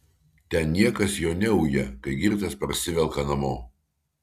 ten niekas jo neuja kai girtas parsivelka namo